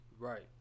Right